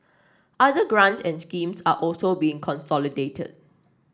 other grants and schemes are also being consolidated